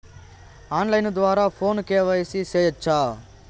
on line ద్వారా ఫోనులో KYC సేయొచ్చా